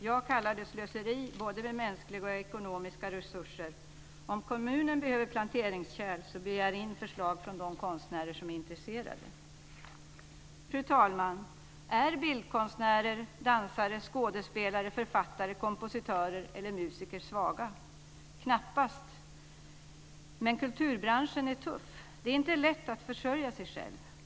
Jag kallar det slöseri, både med mänskliga och ekonomiska resurser. Om kommunen behöver planteringskärl så kan den begära in förslag från de konstnärer som är intresserade. Fru talman! Är bildkonstnärer, dansare, skådespelare, författare, kompositörer eller musiker svaga? Knappast, men kulturbranschen är tuff. Det är inte lätt att försörja sig själv.